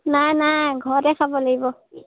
নাই নাই ঘৰতে খাব লাগিব